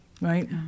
Right